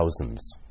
thousands